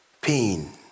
Pain